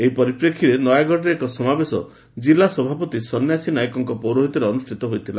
ଏହି ପରିପ୍ରେକ୍ଷୀରେ ନୟାଗଡ଼ରେ ଏକ ସମାବେଶ ଜିଲା ସଭାପତି ସନ୍ୟାସି ନାୟକଙ୍କ ପୌରହିତ୍ୟରେ ଅନୁଷ୍ଠିତ ହୋଇଥିଲା